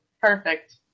Perfect